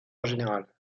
général